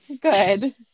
Good